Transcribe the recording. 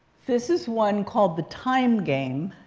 this is one called the time game.